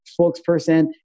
spokesperson